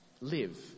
live